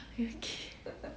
okay